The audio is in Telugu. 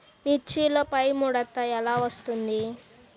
మిర్చిలో పైముడత ఎలా వస్తుంది?